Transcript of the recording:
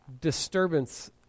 disturbance